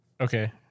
Okay